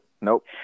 nope